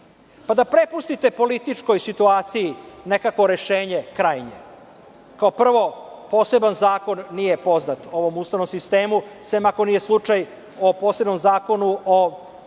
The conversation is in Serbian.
pa da prepustite političkoj situaciji nekakvo krajnje rešenje. Kao prvo, poseban zakon nije poznat ovom Ustavnom sistemu, osim ako nije slučaj o posebnom Zakonu o suštinskoj